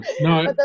No